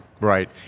Right